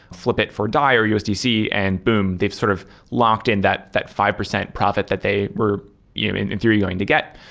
flip it for dai or usdc and, boom! they've sort of locked in that that five percent profit that they were in in theory going to get.